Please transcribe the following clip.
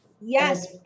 Yes